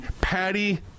Patty